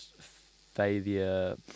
failure